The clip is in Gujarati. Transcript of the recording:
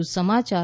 વધુ સમાચાર